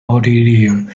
奥地利